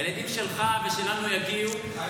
הילדים שלך ושלנו יגיעו.